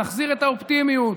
נחזיר את האופטימיות,